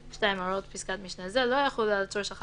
(2) הוראות פסקת משנה זו לא יחולו על עצור שחלה